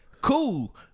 cool